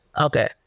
Okay